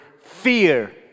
fear